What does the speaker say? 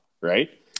right